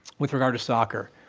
with regard to soccer,